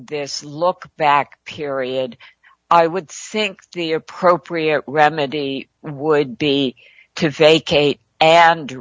this look back period i would think the appropriate remedy would be to vacate and